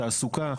תעסוקה.